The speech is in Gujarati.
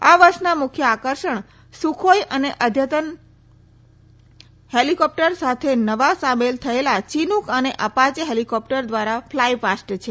આ વર્ષના મુખ્ય આકર્ષણ સુખોઈ અને અદ્યતન હળવા હેલિકોપ્ટર સાથે નવા સામેલ થયેલા ચિનુક અને અપાશે હેલિકોપ્ટર દ્વારા ફલાય પ્લાસ્ટ છે